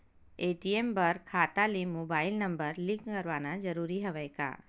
ATM बर खाता ले मुबाइल नम्बर लिंक करवाना ज़रूरी हवय का?